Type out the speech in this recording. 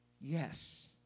Yes